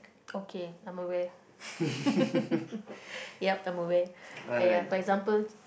okay I'm aware yep I'm aware uh ya for example